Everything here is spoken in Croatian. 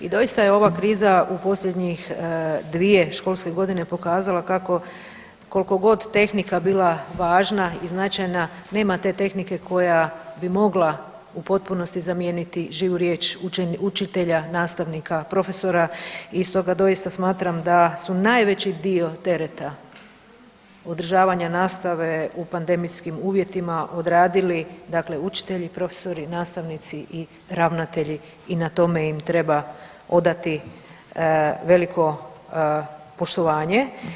I doista je ova kriza u posljednjih 2 školske godine pokazala kako koliko god tehnika bila važna i značajna, nema te tehnike koja bi u potpunosti mogla živu riječ učitelja, nastavnika, profesora i stoga doista smatram da su najveći dio tereta održavanja nastave u pandemijskim uvjetima odradili, dakle učitelji, profesori, nastavnici i ravnatelji i na tome im treba odati veliko poštovanje.